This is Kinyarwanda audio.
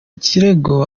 kirego